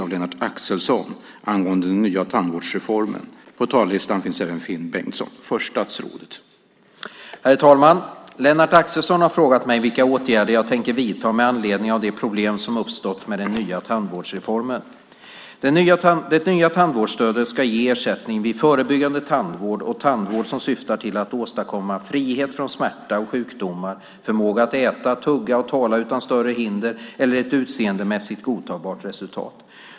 Herr talman! Lennart Axelsson har frågat mig vilka åtgärder jag tänker vidta med anledning av de problem som uppstått med den nya tandvårdsreformen. Det nya tandvårdsstödet ska ge ersättning vid förebyggande tandvård och tandvård som syftar till att åstadkomma frihet från smärta och sjukdomar, förmåga att äta, tugga och tala utan större hinder eller ett utseendemässigt godtagbart resultat.